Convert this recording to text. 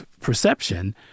perception